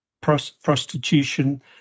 prostitution